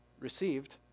received